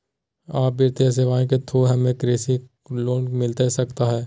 आ वित्तीय सेवाएं के थ्रू हमें कृषि लोन मिलता सकता है?